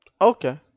Okay